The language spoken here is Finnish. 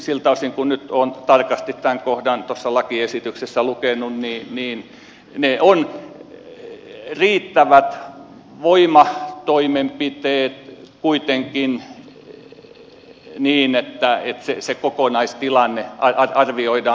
siltä osin kun nyt olen tarkasti tämän kohdan tuossa lakiesityksessä lukenut niin ne ovat riittävät voimatoimenpiteet kuitenkin niin että se kokonaistilanne arvioidaan